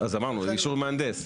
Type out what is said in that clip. אמרנו אישור מהנדס,